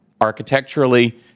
architecturally